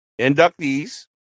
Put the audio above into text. inductees